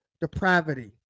depravity